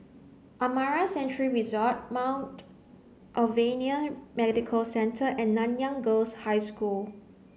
Amara Sanctuary Resort Mount Alvernia Medical Centre and Nanyang Girls' High School